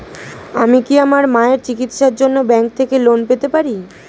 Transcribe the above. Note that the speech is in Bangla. আমি কি আমার মায়ের চিকিত্সায়ের জন্য ব্যঙ্ক থেকে লোন পেতে পারি?